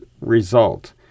result